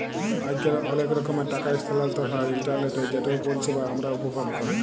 আইজকাল অলেক রকমের টাকা ইসথালাল্তর হ্যয় ইলটারলেটে যেটর পরিষেবা আমরা উপভোগ ক্যরি